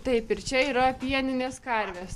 taip ir čia yra pieninės karvės